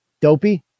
Dopey